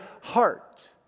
heart